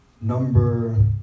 number